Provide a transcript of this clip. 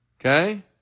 Okay